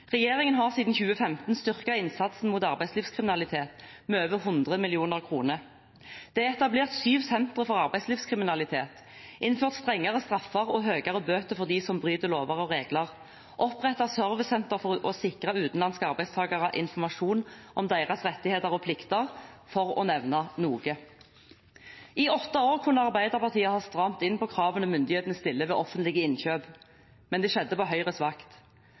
Regjeringen har siden 2015 styrket innsatsen mot arbeidslivskriminalitet med over 100 mill. kr, etablert syv a-krimsentre, innført strengere straffer og høyere bøter for dem som bryter lover og regler, og opprettet servicesentre for å sikre utenlandske arbeidstakere informasjon om deres rettigheter og plikter, for å nevne noe. I åtte år kunne Arbeiderpartiet strammet inn på kravene myndighetene stiller ved offentlige innkjøp, men det skjedde på Høyres vakt.